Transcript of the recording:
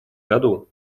году